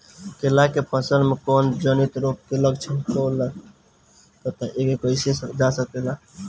केला के फसल में कवक जनित रोग के लक्षण का होखेला तथा एके कइसे रोकल जाला?